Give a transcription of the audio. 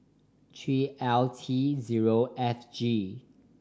three L T zero F G